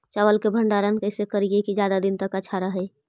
चावल के भंडारण कैसे करिये की ज्यादा दीन तक अच्छा रहै?